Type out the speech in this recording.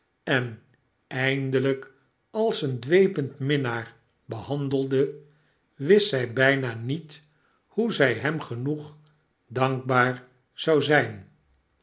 en eindelijk als een dwepend minnaar behandelde wist zij byna niet hoe zij hem genoeg dankbaar zou zyn